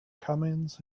comings